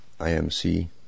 IMC